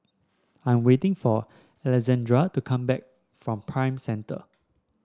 I am waiting for Alejandra to come back from Prime Centre